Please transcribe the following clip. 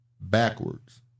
backwards